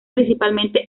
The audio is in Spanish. principalmente